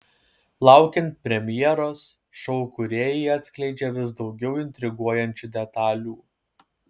laukiant premjeros šou kūrėjai atskleidžia vis daugiau intriguojančių detalių